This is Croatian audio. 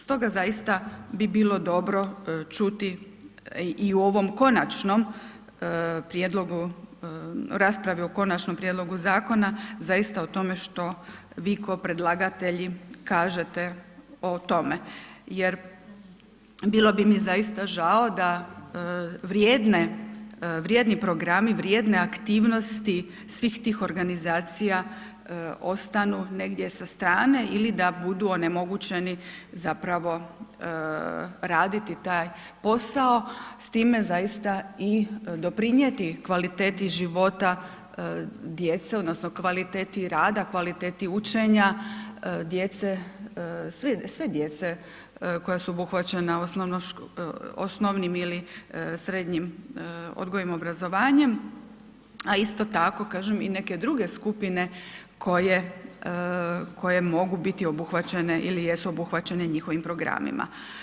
Stoga zaista bi bilo dobro čuti i u ovom konačnom prijedlogu rasprave o konačnom prijedlogu zakona zaista o tome što vi kao predlagatelji kažete o tome, jer bilo bi mi zaista žao da vrijedne, vrijedni programi, vrijedne aktivnosti svih tih organizacija ostanu negdje sa strane ili da budu onemogućeni zapravo raditi taj posao, s time zaista i doprinijeti kvaliteti života djece odnosno kvaliteti rada, kvaliteti učenja djece, sve djece koja su obuhvaćena osnovnim ili srednjim odgojem, obrazovanjem, a isto tako kažem i neke druge skupine koje, koje mogu biti obuhvaćene ili jesu obuhvaćene njihovim programima.